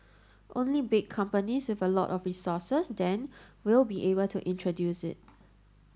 only big companies with a lot of resources then will be able to introduce it